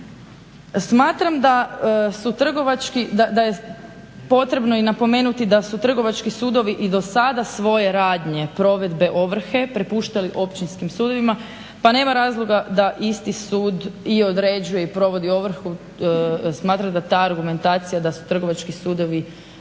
Smatram da su, potrebno je i napomenuti da su Trgovački sudovi i do sada svoje radnje provedbe ovrhe prepuštali Općinskim sudovima, pa nema razloga da isti sud i određuje i provodi ovrhu. Smatra da ta argumentacija, da su Trgovački sudovi